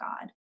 God